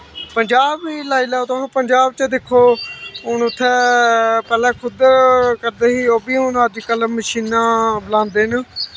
पंजाब लाई लैओ तुस पंजाब च दिक्खो हून उत्थैं पैह्लैं उत्थें करदे हे ओह्बी हून अद कल मशीनां बलांदे न